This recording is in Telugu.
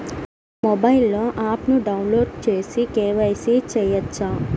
నా మొబైల్లో ఆప్ను డౌన్లోడ్ చేసి కే.వై.సి చేయచ్చా?